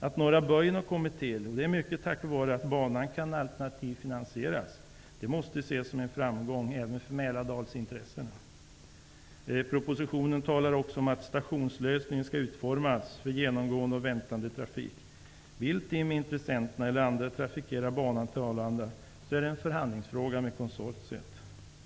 Att ''norra böjen'' har kommit till -- mycket tack vare att banan kan alternativfinansieras -- måste ses som en framgång även för Mälardalsintressena. I propositionen talas det också om att stationslösningen skall utformas för genomgående och väntande trafik. Vill TIM-intressenterna eller andra trafikera banan till Arlanda är det en fråga som får tas upp till förhandling med konsortiet.